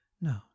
No